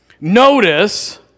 Notice